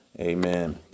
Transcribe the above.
amen